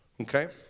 Okay